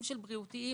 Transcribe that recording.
והיבטים בריאותיים,